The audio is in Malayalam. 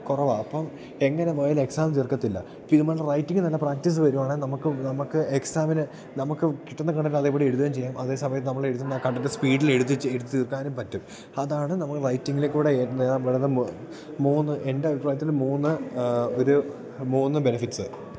കുറവാണ് അപ്പം എങ്ങനെ പോയാലും എക്സാം തീർക്കത്തില്ല ഇതു പോലെ റൈറ്റിങ് നല്ല പ്രാക്ടീസ് വരികയാണെ നമുക്ക് നമുക്ക് എക്സാമിന് നമുക്ക് കിട്ടുന്ന കണക്കിനതേപടി എഴുതുകയും ചെയ്യാം അതേ സമയത്ത് നമ്മളെഴുതുന്ന കണ്ടെൻറ്റ് സ്പീഡിലെഴുതുകയും ചെയ്യ എഴുതി തീർക്കാനും പറ്റും അതാണ് നമ്മൾ റെയ്റ്റിങ്ങിൽ കൂടി മൂന്ന് എൻറ്റഭിപ്രായത്തിൽ മൂന്ന് ഒരു മൂന്ന് ബെനഫിറ്റ്സ്